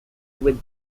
with